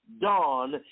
dawn